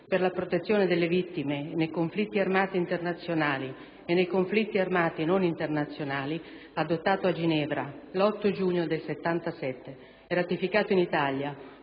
per la protezione delle vittime nei conflitti armati internazionali e nei conflitti armati non internazionali, adottato a Ginevra l'8 giugno 1977 e ratificato in Italia